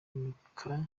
impanuka